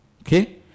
okay